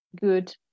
good